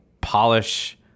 polish